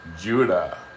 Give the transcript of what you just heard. Judah